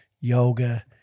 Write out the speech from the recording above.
yoga